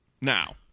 now